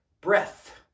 breath